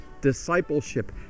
discipleship